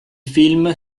film